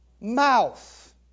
mouth